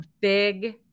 big